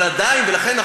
לכן,